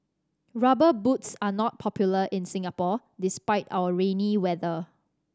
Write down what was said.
Rubber Boots are not popular in Singapore despite our rainy weather